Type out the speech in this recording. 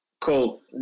Cool